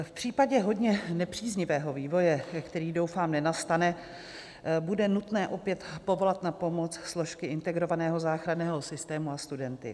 V případě hodně nepříznivého vývoje, který, doufám, nenastane, bude nutné opět povolat na pomoc složky integrovaného záchranného systému a studenty.